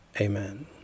Amen